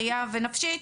ראייה ונפשית,